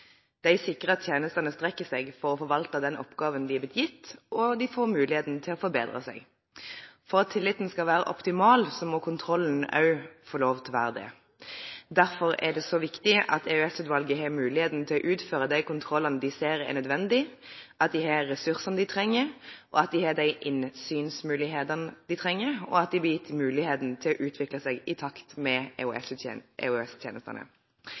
De sikrer at tjenestene strekker seg for å forvalte den oppgaven de er blitt gitt, og de får muligheten til å forbedre seg. For at tilliten skal være optimal, må kontrollen også få lov til å være det. Derfor er det så viktig at EOS-utvalget har muligheten til å utføre de kontrollene de ser er nødvendige, at de har ressursene de trenger, at de har de innsynsmulighetene de trenger, og at de blir gitt muligheten til å utvikle seg i takt med